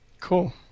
Cool